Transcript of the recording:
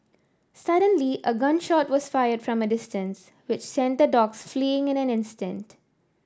suddenly a gun shot was fired from a distance which sent the dogs fleeing in an instant